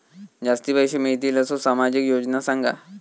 जास्ती पैशे मिळतील असो सामाजिक योजना सांगा?